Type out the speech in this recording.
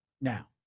Now